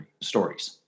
stories